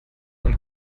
und